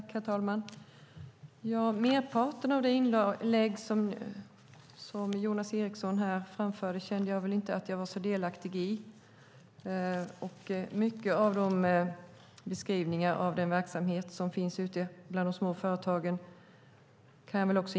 Herr talman! Merparten av det inlägg som Jonas Eriksson framförde kände jag inte igen mig i. Jag kan dock instämma i mycket av beskrivningen av den verksamhet som finns ute bland de små företagen.